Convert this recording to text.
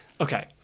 Okay